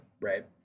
right